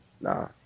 nah